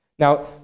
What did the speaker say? Now